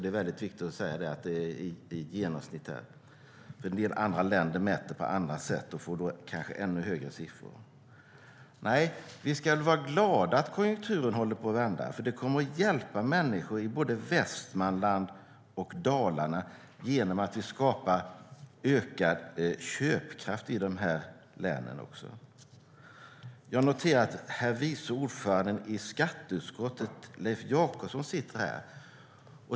Det är viktigt att säga det, för en del länder mäter på andra sätt och får kanske ännu högre siffror. Vi ska vara glada över att konjunkturen håller på att vända, för det kommer att hjälpa människor i både Västmanland och Dalarna genom att skapa ökad köpkraft i dessa län. Jag har noterat att herr vice ordföranden i skatteutskottet, Leif Jakobsson, sitter här.